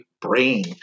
brain